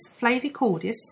Flavicordis